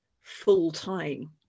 full-time